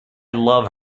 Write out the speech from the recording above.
love